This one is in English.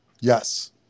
Yes